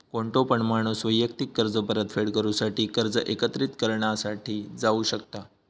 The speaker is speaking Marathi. कोणतो पण माणूस वैयक्तिक कर्ज परतफेड करूसाठी कर्ज एकत्रिकरणा साठी जाऊ शकता